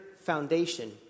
foundation